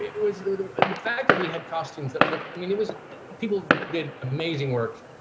it it was the fact that we had costumes that look i mean, it was people did amazing work.